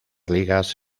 ligas